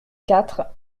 quatre